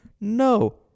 no